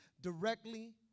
directly